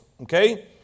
okay